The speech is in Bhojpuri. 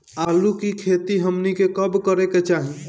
आलू की खेती हमनी के कब करें के चाही?